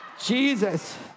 Jesus